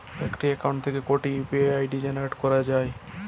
একটি অ্যাকাউন্ট থেকে কটি ইউ.পি.আই জেনারেট করা যায়?